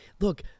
Look